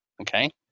okay